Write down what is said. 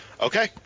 Okay